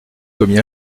commis